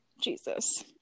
Jesus